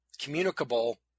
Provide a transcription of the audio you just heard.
communicable